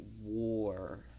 War